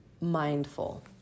mindful